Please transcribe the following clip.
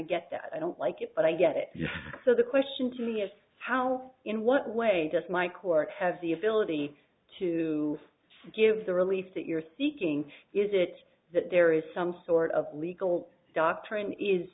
get that i don't like it but i get it so the question to me is how in what way does my court have the ability to give the relief that you're seeking is it that there is some sort of legal doctrine is